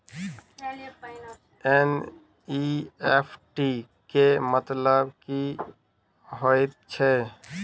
NEFT केँ मतलब की हएत छै?